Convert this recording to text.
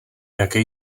jaké